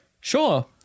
sure